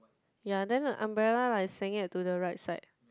ya then like umbrella like senget to the right side